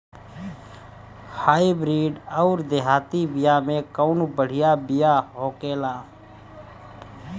Hybrid अउर देहाती बिया मे कउन बढ़िया बिया होखेला?